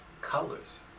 colors